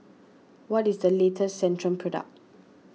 what is the latest Centrum Product